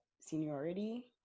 seniority